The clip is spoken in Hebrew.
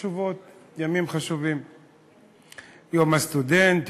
יום הסטודנט,